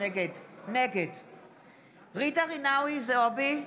נגד ג'ידא רינאוי זועבי,